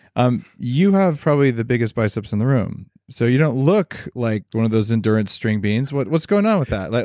um you have probably the biggest biceps in the room, so you don't look like one of those endurance string beans. what's what's going on with that? like